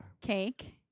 cake